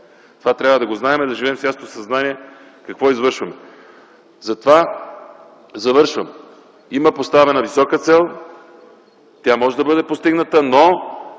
Това трябва да го знаем и да живеем с ясното съзнание какво извършваме. Завършвам: има поставена висока цел, тя може да бъде постигната, но